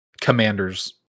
Commanders